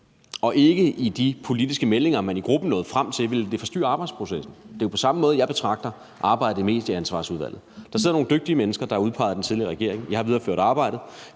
og ikke i de politiske meldinger, man i gruppen nåede frem til, ville det forstyrre arbejdsprocessen. Det er jo på samme måde, jeg betragter arbejdet i Medieansvarsudvalget. Der sidder nogle dygtige mennesker, der er udpeget af den tidligere regering. Jeg har videreført arbejdet.